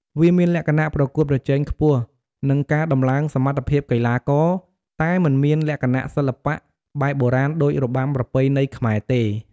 វាមានលក្ខណៈប្រកួតប្រជែងខ្ពស់ និងការតំឡើងសមត្ថភាពកីឡាករ តែមិនមានលក្ខណៈសិល្បៈបែបបុរាណដូចរបាំប្រពៃណីខ្មែរទេ។